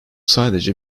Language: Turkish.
sadece